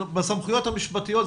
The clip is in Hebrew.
בסמכויות המשפטיות,